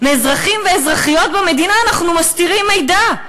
מאזרחים ואזרחיות במדינה אנחנו מסתירים מידע,